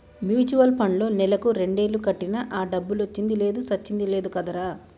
mutual పండ్లో నెలకు రెండేలు కట్టినా ఆ డబ్బులొచ్చింది లేదు సచ్చింది లేదు కదరా